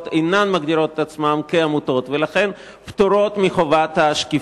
אינם מגדירים את עצמם עמותות ולכן הם פטורים מחובת השקיפות.